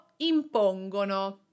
impongono